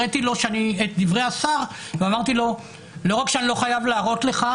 הראיתי לו את דברי השר ואמרתי לו: לא רק שאני לא חייב להראות לך,